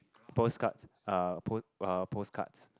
postcards uh uh postcards